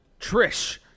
Trish